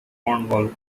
cornwall